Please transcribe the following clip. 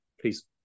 please